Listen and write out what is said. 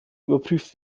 überprüft